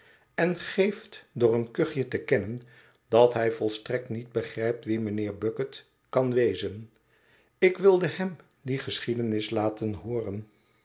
en geeft door een kuchje te kennen dat hij volstrekt niet begrijpt wie mijnheer bucket kan wezen ik wilde hem die geschiedenis laten hooren